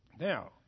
Now